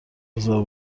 بزار